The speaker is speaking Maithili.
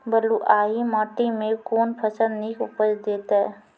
बलूआही माटि मे कून फसल नीक उपज देतै?